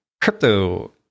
crypto